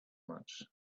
much